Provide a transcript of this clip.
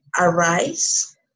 arise